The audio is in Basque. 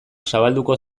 zabalduko